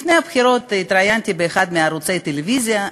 לפני הבחירות התראיינתי באחד מערוצי הטלוויזיה.